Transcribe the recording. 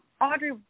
Audrey